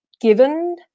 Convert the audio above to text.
given